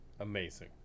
Amazing